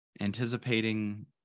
anticipating